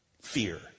Fear